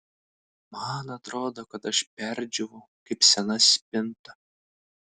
man atrodo kad aš perdžiūvau kaip sena spinta